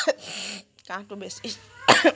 কাহটো বেছি